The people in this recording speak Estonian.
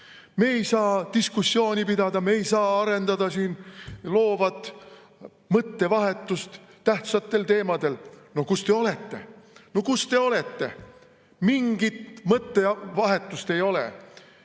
Me ei saa diskussiooni pidada, me ei saa arendada loovat mõttevahetust tähtsatel teemadel!" No kus te olete? No kus te olete? Mingit mõttevahetust ei